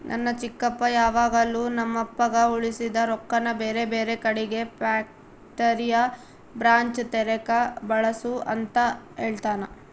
ನನ್ನ ಚಿಕ್ಕಪ್ಪ ಯಾವಾಗಲು ನಮ್ಮಪ್ಪಗ ಉಳಿಸಿದ ರೊಕ್ಕನ ಬೇರೆಬೇರೆ ಕಡಿಗೆ ಫ್ಯಾಕ್ಟರಿಯ ಬ್ರಾಂಚ್ ತೆರೆಕ ಬಳಸು ಅಂತ ಹೇಳ್ತಾನಾ